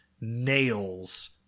nails